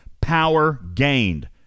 power-gained